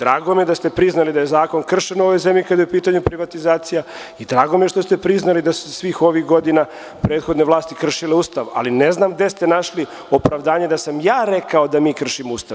Drago mi je da ste priznali da je zakon kršen u ovoj zemlji kada je u pitanju privatizacija i drago mi je što ste priznali da su svih ovih godina prethodne vlasti kršile Ustav, ali ne znam gde ste našli opravdanje da sam ja rekao da mi kršimo ustav.